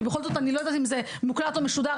כי אני לא יודעת אם זה מוקלט או משודר,